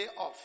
off